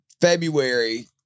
February